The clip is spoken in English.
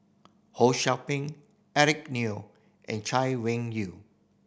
Ho Sou Ping Eric Neo and Chay Weng Yew